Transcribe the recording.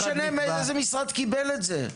לא משנה איזה משרד קיבל את זה.